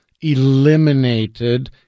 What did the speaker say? eliminated